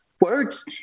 words